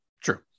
True